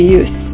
use